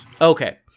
Okay